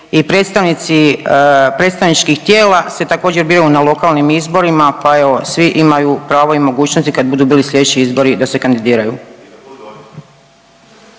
i predstavnici predstavničkih tijela se također … na lokalnim izborima pa evo svi imaju pravo i mogućnosti kad budu bili sljedeći izbori da se kandidiraju.